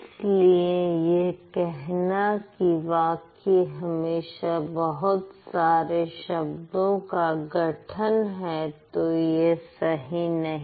इसलिए यह कहना कि वाक्य हमेशा बहुत सारे शब्दों का गठन है तो यह सही नहीं